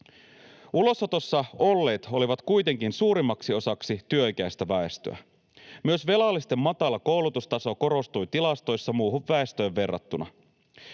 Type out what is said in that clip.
Ulosotossa olleet olivat kuitenkin suurimmaksi osaksi työikäistä väestöä. Myös velallisten matala koulutustaso korostui tilastoissa muuhun väestöön verrattuna.